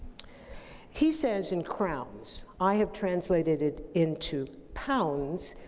he says in crowns. i have translated it into pounds,